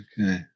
Okay